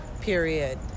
period